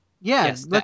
Yes